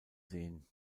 sehen